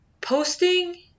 Posting